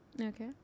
Okay